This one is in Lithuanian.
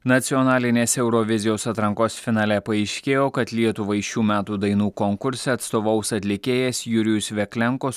nacionalinės eurovizijos atrankos finale paaiškėjo kad lietuvai šių metų dainų konkurse atstovaus atlikėjas jurijus veklenko